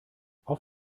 auf